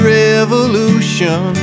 revolution